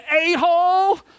a-hole